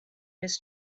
his